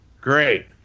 great